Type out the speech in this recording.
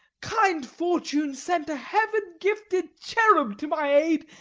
kind fortune sent a heaven-gifted cherub to my aid,